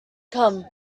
come